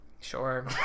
sure